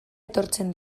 etortzen